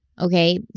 okay